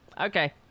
Okay